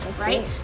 right